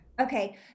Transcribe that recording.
Okay